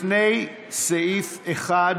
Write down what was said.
לפני סעיף 1,